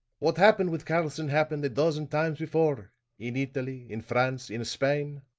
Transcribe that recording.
what happened with karlson happened a dozen times before in italy, in france, in spain.